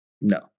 no